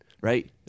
right